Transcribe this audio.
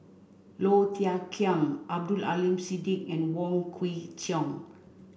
Low Thia Khiang Abdul Aleem Siddique and Wong Kwei Cheong